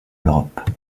l’europe